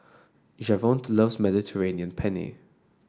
Javonte loves Mediterranean Penne